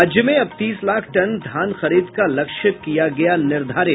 राज्य में अब तीस लाख टन धान खरीद का लक्ष्य किया गया निर्धारित